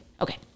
Okay